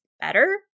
better